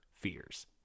fears